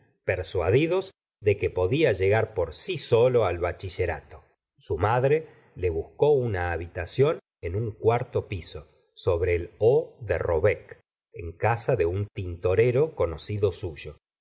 persuadidos de que podía llegar por si solo al bachillerato su madre le buscó una habitación en un cuarto en casa de un tintorepiso